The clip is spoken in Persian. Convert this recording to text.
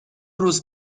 روز